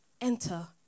Enter